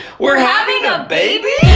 we're having a baby?